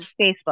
Facebook